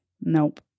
Nope